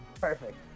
Perfect